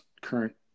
current